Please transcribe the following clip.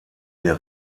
der